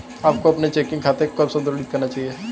आपको अपने चेकिंग खाते को कब संतुलित करना चाहिए?